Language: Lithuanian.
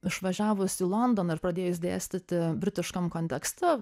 išvažiavus į londoną ir pradėjus dėstyti britiškam kontekste